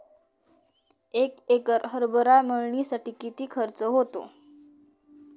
एक एकर हरभरा मळणीसाठी किती खर्च होतो?